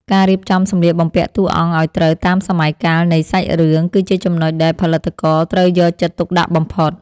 ការរៀបចំសម្លៀកបំពាក់តួអង្គឱ្យត្រូវតាមសម័យកាលនៃសាច់រឿងគឺជាចំណុចដែលផលិតករត្រូវយកចិត្តទុកដាក់បំផុត។